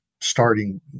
starting